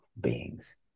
beings